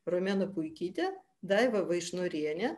romena puikytė daiva vaišnorienė